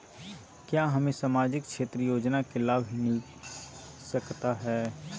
क्या हमें सामाजिक क्षेत्र योजना के लाभ मिलता सकता है?